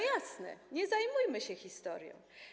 Jasne, nie zajmujmy się historią.